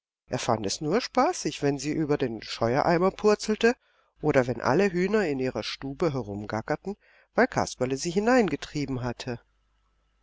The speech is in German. er fand es nur spaßig wenn sie über den scheuereimer purzelte oder wenn alle hühner in ihrer stube herumgackerten weil kasperle sie hineingetrieben hatte